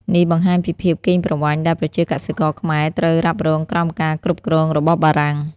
នេះបង្ហាញពីភាពកេងប្រវ័ញ្ចដែលប្រជាកសិករខ្មែរត្រូវរ៉ាប់រងក្រោមការគ្រប់គ្រងរបស់បារាំង។